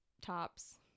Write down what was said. tops